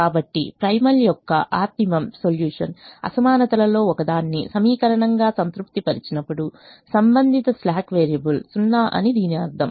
కాబట్టి ప్రైమల్ యొక్క optimum solution అసమానతలలో ఒకదాన్ని సమీకరణంగా సంతృప్తిపరిచినప్పుడు సంబంధిత స్లాక్ వేరియబుల్ 0 అని దీని అర్థం